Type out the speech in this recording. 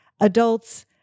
adults